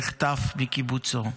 נחטף מקיבוצו,